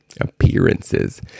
Appearances